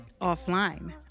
Offline